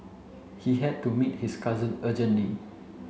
he had to meet his cousin urgently